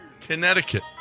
Connecticut